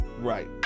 Right